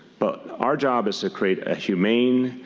but our job is to create a humane,